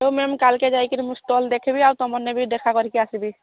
ହଉ ମ୍ୟାମ୍ କାଲି ଯାଇକି ମୁଁ ଷ୍ଟଲ୍ ଦେଖିବି ଆଉ ତୁମମାନଙ୍କୁ ଦେଖା କରିକି ଆସିବି